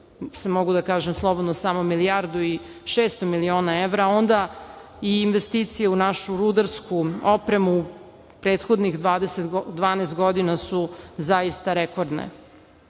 mogu da kažem slobodno samo milijardu i 600 miliona evra, onda i investicije u našu rudarsku opremu prethodnih 12 godina su zaista rekordne.I